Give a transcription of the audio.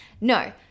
No